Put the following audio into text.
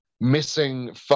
missing